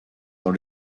dans